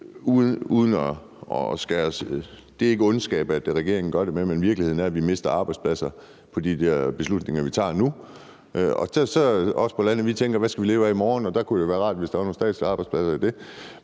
Det er ikke af ondskab, regeringen gør det, men virkeligheden er, at vi mister arbejdspladser med de beslutninger, vi tager nu. Os på landet tænker: Hvad skal vi leve af i morgen? Der kunne det jo være rart, hvis der var nogle statslige arbejdspladser i det.